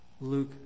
Luke